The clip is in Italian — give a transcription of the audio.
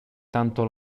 tanto